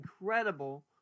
incredible